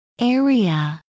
area